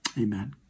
amen